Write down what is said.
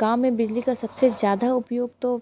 गाँव में बिजली का सब से ज़्यादा उपयोग तो